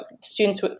students